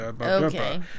Okay